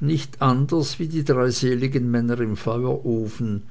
nicht anders wie die drey seligen männer im feuerofen